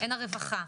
הן הרווחה,